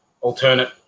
alternate